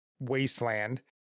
wasteland